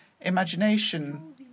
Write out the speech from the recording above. imagination